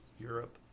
Europe